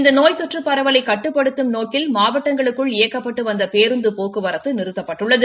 இந்த நோய் தொற்று பரவலை கட்டுப்படுத்தும் நோக்கில் மாவட்டங்களுக்குள் இயக்கப்பட்டு வந்த பேருந்து போக்குவரத்து நிறுத்தப்பட்டுள்ளது